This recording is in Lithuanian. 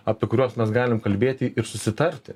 apie kuriuos mes galim kalbėti ir susitarti